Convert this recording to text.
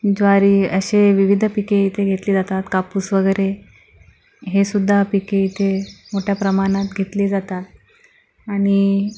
ज्वारी असे विविध पिके येथे घेतले जातात कापूस वगैरे हे सुद्धा पिके इथे मोठ्या प्रमाणात घेतले जातात आणि